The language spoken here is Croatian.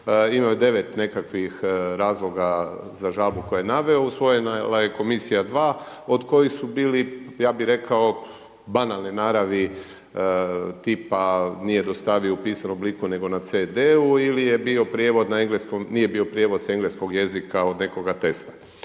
Imao je 9 nekakvih razloga za žalbu koje je naveo. Usvojila je komisija 2 od kojih su bili ja bih rekao banalne naravi tipa nije dostavio u pisanom obliku, nego na CD-u ili nije bio prijevod s engleskog jezika od nekoga testa.